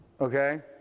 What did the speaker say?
Okay